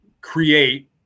create